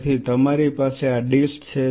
તેથી તમારી પાસે આ ડીશ છે